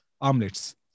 omelets